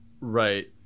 Right